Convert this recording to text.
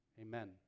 Amen